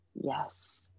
Yes